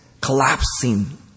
collapsing